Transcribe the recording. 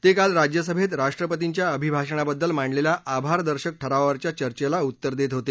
ते काल राज्यसभेत राष्ट्रपतींच्या अभिभाषणाबद्दल मांडलेल्या आभारदर्शक ठरावावरच्या चर्चेला उत्तर देत होते